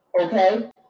Okay